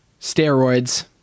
Steroids